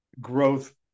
growth